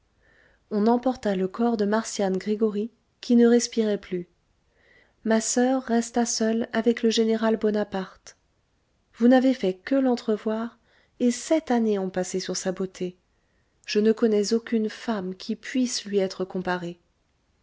on emporta le corps de marcian gregoryi qui ne respirait plus ma soeur resta seule avec le général bonaparte vous n'avez fait que l'entrevoir et sept années ont passé sur sa beauté je ne connais aucune femme qui puisse lui être comparée